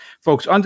folks